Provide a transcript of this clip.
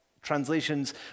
translations